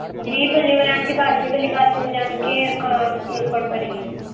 جی بلیماران کے پاس سے گلی قاسم جان کے آ نُکڑ پر ہی ہے